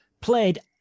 Played